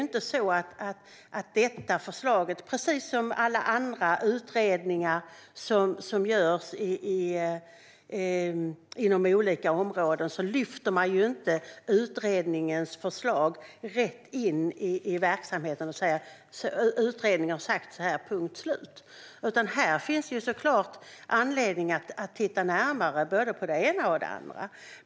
Precis som när det gäller alla andra utredningar som görs inom olika områden lyfter man inte utredningens förslag rätt in i verksamheten och säger: Utredningen har sagt så här - punkt slut. Här finns det såklart anledning att titta närmare på både det ena och det andra.